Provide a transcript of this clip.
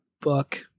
book